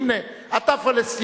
הנה, אתה פלסטיני